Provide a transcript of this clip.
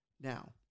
Now